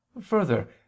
Further